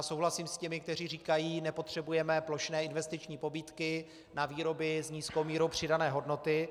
Souhlasím s těmi, kteří říkají: nepotřebujeme plošné investiční pobídky na výroby s nízkou mírou přidané hodnoty.